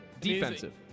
Defensive